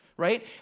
right